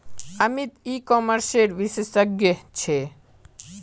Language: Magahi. अमित ई कॉमर्सेर विशेषज्ञ छे